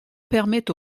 permet